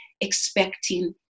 expecting